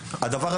בשקט.